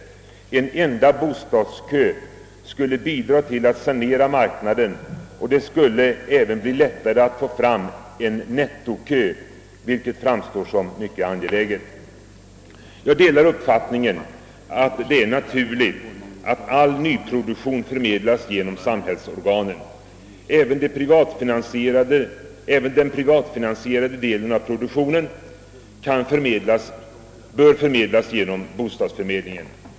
En enda bostadskö skulle bidra till att sanera marknaden och underlätta möjligheten att få fram en nettokö, vilket framstår som mycket angeläget. Jag delar uppfattningen att det är naturligt att all nyproduktion förmedlas genom samhällsorganen. Även den privatfinansierade delen av produktionen bör förmedlas genom bostadsförmedlingen.